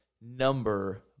number